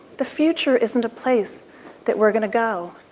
the future isn't a place that we're going to go.